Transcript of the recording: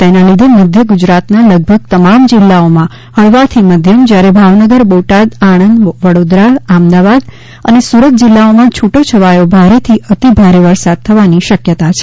તેના લીધે મધ્ય ગુજરાતના લગભગ તમામ જિલ્લાઓમાં હળવાથી મધ્યમ જ્યારે ભાવનગર બોટાદ આણંદ વડોદરા અમદાવાદ અને સુરત જિલ્લાઓમાં છૂટોછવાયો ભારેથી અતિભારે વરસાદ થવાની શક્યતા છે